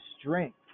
strength